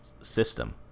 system